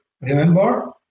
remember